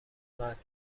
اینقدر